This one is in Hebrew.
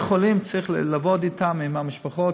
לגבי חולים, צריך לעבוד אתם ועם המשפחות.